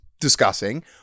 discussing